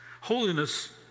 holiness